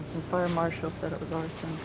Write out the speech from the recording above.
fire marshal said it was arson.